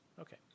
Okay